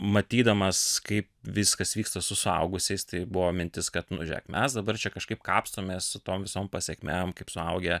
matydamas kaip viskas vyksta su suaugusiais tai buvo mintis kad nu žėk mes dabar čia kažkaip kapstomės su tom visom pasekmėm kaip suaugę